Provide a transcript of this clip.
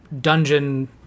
dungeon